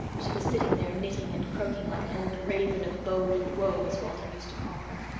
she was sitting there, knitting and croaking like an old raven of bode and woe as walter used to call her.